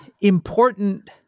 Important